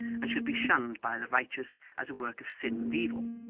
and should be shunned by the righteous as a work of sin and evil.